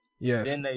Yes